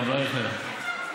הרב אייכלר,